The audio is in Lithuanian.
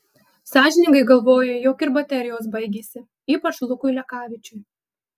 sąžiningai galvoju jog ir baterijos baigėsi ypač lukui lekavičiui